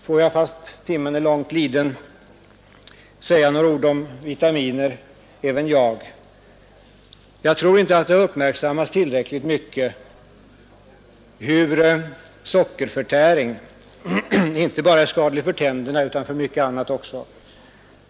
Får jag, fast tiden är långt liden, säga några ord om vitaminer även jag. Jag tror inte att det har uppmärksammats tillräckligt mycket hur sockerförtäring är skadlig inte bara för tänderna utan för mycket annat i organismen också.